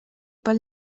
pel